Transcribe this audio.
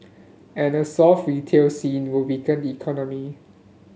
and a soft retail scene will weaken the economy